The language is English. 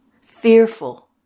fearful